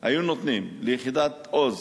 היו נותנים ליחידת "עוז"